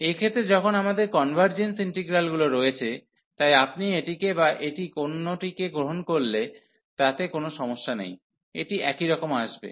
এক্ষেত্রে যখন আমাদের কনভার্জেন্স ইন্টিগ্রালগুলি রয়েছে তাই আপনি এইটিকে বা এটি কোনোটি গ্রহণ করলে তাতে কোনও সমস্যা নেই এটি একই রকম আসবে